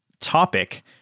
topic